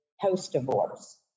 post-divorce